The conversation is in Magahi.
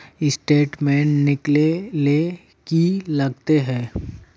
स्टेटमेंट निकले ले की लगते है?